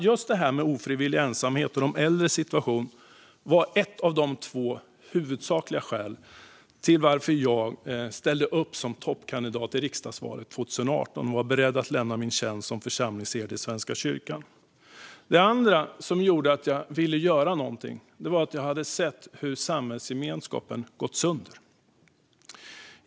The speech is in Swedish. Just detta med ofrivillig ensamhet och de äldres situation var ett av de två huvudsakliga skälen till att jag ställde upp som toppkandidat i riksdagsvalet 2018 och var beredd att lämna min tjänst som församlingsherde i Svenska kyrkan. Det andra som gjorde att jag ville göra någonting var att jag hade sett hur samhällsgemenskapen hade gått sönder.